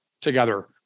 together